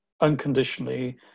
unconditionally